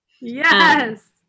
Yes